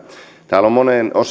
täällä on moneen